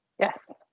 Yes